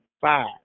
five